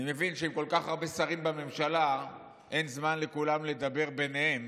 אני מבין שעם כל כך הרבה שרים בממשלה אין זמן לכולם לדבר ביניהם,